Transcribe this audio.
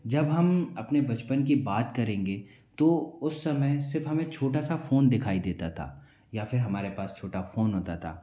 जब हम अपने बचपन की बात करेंगे तो उस समय सिर्फ हमें छोटा सा फ़ोन दिखाई देता था या फिर हमारे पास छोटा फ़ोन होता था